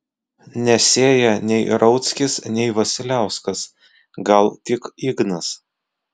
nesėja nei rauckis nei vasiliauskas gal tik ignas